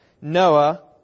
Noah